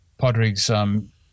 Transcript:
Podrig's